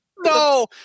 No